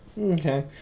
Okay